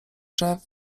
drzew